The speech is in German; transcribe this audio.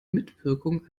mitwirkung